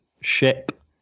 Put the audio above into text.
ship